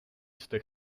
jste